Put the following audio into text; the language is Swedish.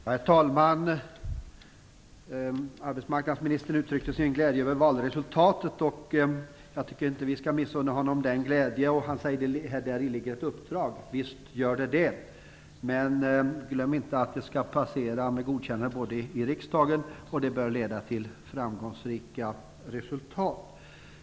Herr talman! Arbetsmarknadsministern uttryckte sin glädje över valresultatet. Jag tycker inte att vi skall missunna honom den glädjen. Han säger att det däri ligger ett uppdrag. Visst gör det det. Men glöm inte att det både skall passera med godkännande i riksdagen och bör leda till framgångsrika resultat.